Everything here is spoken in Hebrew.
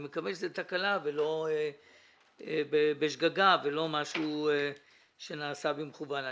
אני מקווה שזאת שגגה ולא משהו שנעשה במכוון.